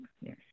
yes